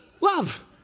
love